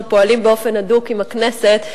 שפועלים באופן הדוק עם הכנסת.